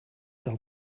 del